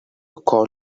call